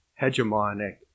hegemonic